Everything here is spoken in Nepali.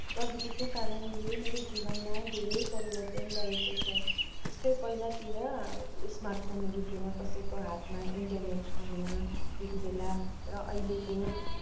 प्रविधिको कारणले मेरो जीवनमा धेरै परिवर्तन ल्याएको छ जस्तै पहिलातिर स्मार्ट फोनहरू थिएन कसैको हातमा इन्टरनेट थिएन त्यति बेला र अहिलेको